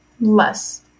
less